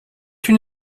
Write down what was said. une